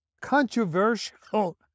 controversial